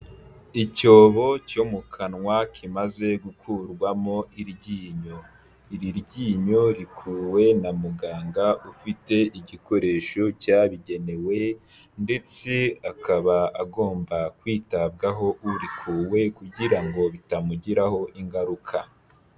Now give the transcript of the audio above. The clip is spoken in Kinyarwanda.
Icyobo cyo mu kanwa kimaze gukurwamo iryinyo, iri ryinyo rikuwe na muganga ufite igikoresho cyabugenewe, ndetse akaba agomba kwitabwaho urikuwe, kugira ngo bitamugiraho ingaruka.